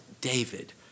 David